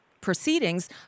proceedings